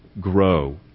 grow